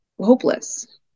hopeless